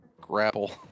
grapple